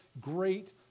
great